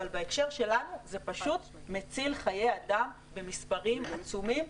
אבל בהקשר שלנו זה פשוט מציל חיי אדם במספרים עצומים.